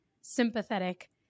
sympathetic